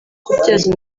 kubyaza